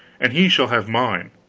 and he shall have mine.